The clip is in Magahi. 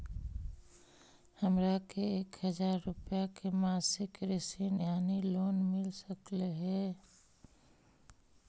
हमरा के एक हजार रुपया के मासिक ऋण यानी लोन मिल सकली हे?